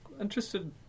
interested